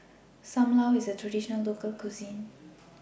SAM Lau IS A Traditional Local Cuisine